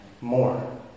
more